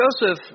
Joseph